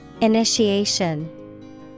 Initiation